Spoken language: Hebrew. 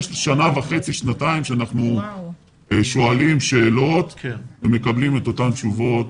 שנה וחצי-שנתיים שאנחנו שואלים שאלות ומקבלים את אותן תשובות,